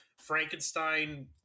Frankenstein